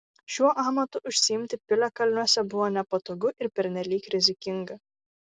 šiuo amatu užsiimti piliakalniuose buvo nepatogu ir pernelyg rizikinga